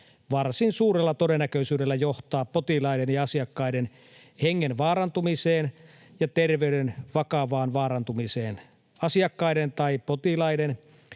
varsin suurella todennäköisyydellä johtaa potilaiden ja asiakkaiden hengen vaarantumiseen ja terveyden vakavaan vaarantumiseen. Asiakkaiden tai potilaiden